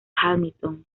hamilton